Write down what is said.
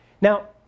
Now